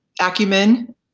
acumen